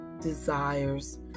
desires